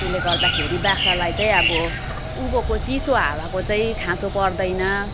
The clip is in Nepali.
त्यसले गर्दाखेरि बाख्रालाई चाहिँ अब उँभोको चिसो हावाको चाहिँ खाँचो पर्दैन